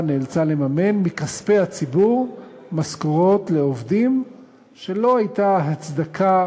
נאלצה לממן מכספי הציבור משכורות לעובדים שלא הייתה הצדקה